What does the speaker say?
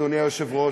אדוני היושב-ראש.